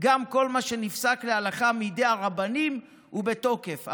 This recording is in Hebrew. גם כל מה שנפסק להלכה מידי הרבנים הוא בתוקף,